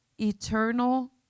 Eternal